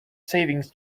savings